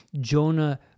Jonah